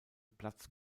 platz